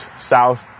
south